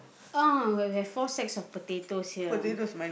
ah we have four sacks of potatoes here